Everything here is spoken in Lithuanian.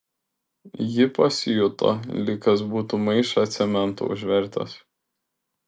ji pasijuto lyg kas būtų maišą cemento užvertęs